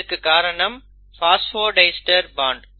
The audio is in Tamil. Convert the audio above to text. இதற்கு காரணம் பாஸ்போடைஸ்டர் பாண்ட்